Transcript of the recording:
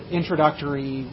introductory